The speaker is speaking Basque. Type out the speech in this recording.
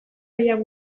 pellak